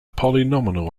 polynomial